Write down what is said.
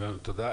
תודה.